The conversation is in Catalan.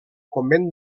convent